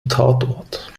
tatort